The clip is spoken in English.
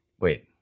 wait